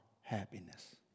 happiness